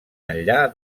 enllà